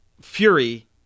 Fury